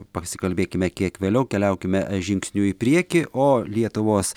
pasikalbėkime kiek vėliau keliaukime žingsniu į priekį o lietuvos